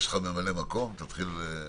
יש לך ממלא-מקום, תתחיל לחשוב עליו.